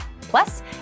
Plus